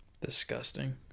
Disgusting